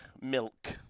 milk